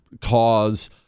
cause